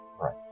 Right